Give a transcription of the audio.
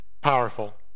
powerful